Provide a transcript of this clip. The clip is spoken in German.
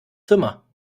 zimmer